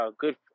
good